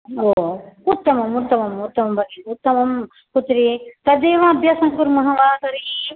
ओ उत्तमम् उत्तमम् उत्तमं भगिनि उत्तमं पुत्रि तदेव अभ्यासं कुर्मः वा तर्हि